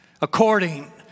According